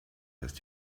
ist